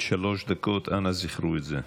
שלוש דקות, אנא זכרו את זה.